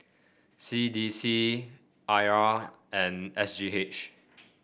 C D C I R and S G H